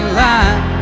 line